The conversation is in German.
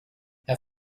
herr